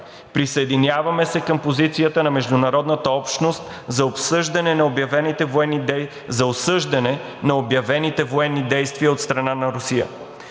присъединяваме се към позицията на международната общност за осъждане на обявените военни действия от страна на Русия;